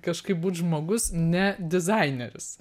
kažkaip būti žmogus ne dizaineris